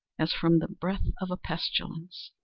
as from the breath of a pestilence.